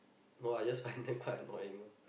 no lah I just find them quite annoying lah